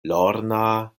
lorna